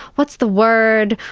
what's the word.